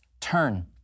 Turn